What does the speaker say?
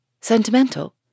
Sentimental